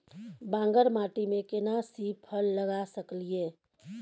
बांगर माटी में केना सी फल लगा सकलिए?